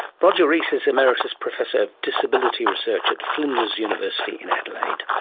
roger rees is emeritus professor of disability research at flinders university in adelaide.